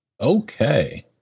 Okay